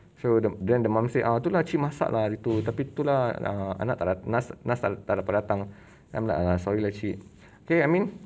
so the then the mum said ah tu lah cik masak ah hari tu tapi tu lah err anak tak dat~ nas nas tak tak dapat datang I'm like sorry lah cik K I mean